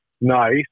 Nice